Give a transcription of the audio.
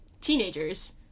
teenagers